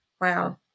wow